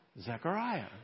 Zechariah